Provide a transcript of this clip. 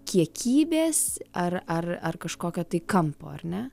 kiekybės ar ar ar kažkokio tai kampo ar ne